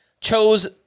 chose